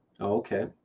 Okay